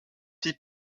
fille